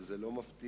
וזה לא מפתיע,